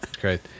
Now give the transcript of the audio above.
Great